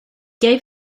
gave